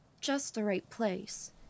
just-the-right-place